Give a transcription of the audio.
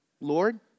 Lord